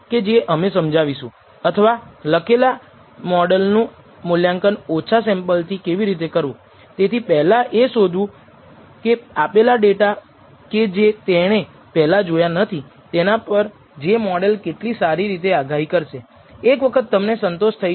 તેથી એકવાર તમે પરિમાણોનું વિતરણ મેળવી લીધા પછી આપણે પરિમાણો પર પૂર્વધારણા પરીક્ષણ કરી શકીએ છીએ કે તે 0 થી નોંધપાત્ર રીતે અલગ છે કે કેમ